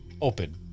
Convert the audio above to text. open